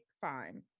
fine